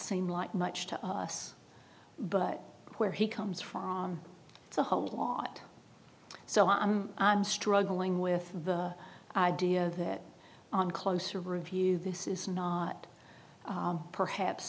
seem like much to us but where he comes from it's a whole lot so i'm i'm struggling with the idea that on closer review this is not perhaps